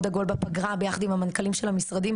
עגול בפגרה ביחד עם המנכ"לים של המשרדים,